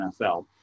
NFL